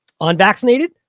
Unvaccinated